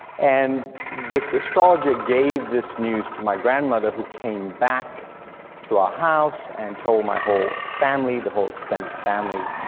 and this astrologer gave this news to my grandmother, who came back to our house and told my whole family, the whole extended family,